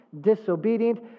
disobedient